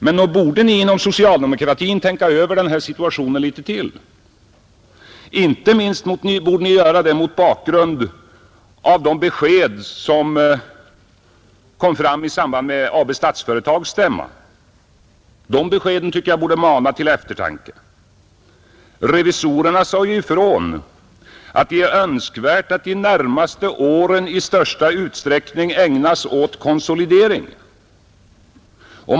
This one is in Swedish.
Men nog borde ni inom socialdemokratin tänka över denna situation litet till, inte minst mot bakgrunden av de besked som kom fram i samband med Statsföretags AB stämma. Dessa besked tycker jag borde mana till eftertanke. Revisorerna sade ju att det är önskvärt att de närmaste åren i stor utsträckning ägnas åt konsolidering.